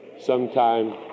sometime